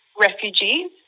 refugees